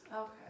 Okay